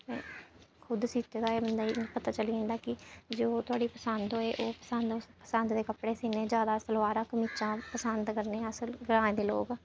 खुद सीते दा बंदे गी एह् पता चली जंदा ऐ कि जो थुआढ़ी पसंद होए ओह् पसंद दे कपड़े सीने जैदा सलवारां कमीचां पसंद करने अस ग्राएं दे लोक